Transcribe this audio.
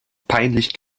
peinlich